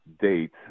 date